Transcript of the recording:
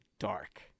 Dark